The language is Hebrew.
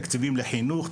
תקציבים לחינוך,